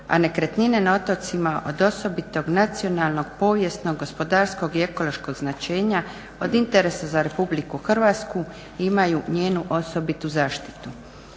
a nekretnine na otocima od osobitog nacionalnog, povijesnog, gospodarskog i ekološkog značenja, od interesa za Republiku Hrvatsku, imaju njenu osobitu zaštitu.